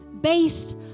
based